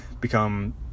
become